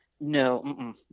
No